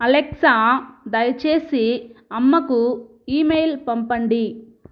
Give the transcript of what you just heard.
Alexa దయచేసి అమ్మకు email పంపండి